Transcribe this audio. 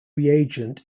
reagent